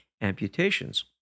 amputations